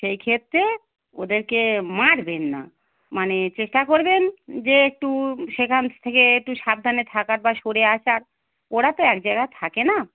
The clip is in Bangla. সেই ক্ষেত্রে ওদেরকে মারবেন না মানে চেষ্টা করবেন যে একটু সেখান থেকে একটু সাবধানে থাকার বা সরে আসা ওরা তো এক জায়গায় থাকে না